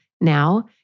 Now